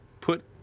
put